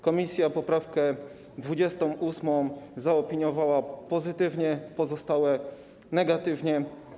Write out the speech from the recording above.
Komisja poprawkę 28. zaopiniowała pozytywnie, pozostałe - negatywnie.